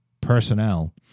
personnel